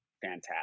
fantastic